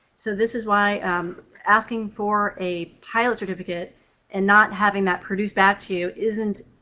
so this is why um asking for a pilot's certificate and not having that produced back to you isn't,